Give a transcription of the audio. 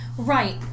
Right